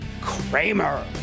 Kramer